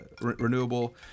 renewable